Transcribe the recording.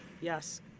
Yes